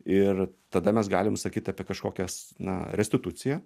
ir tada mes galim sakyt apie kažkokias na restituciją